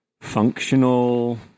functional